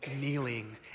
kneeling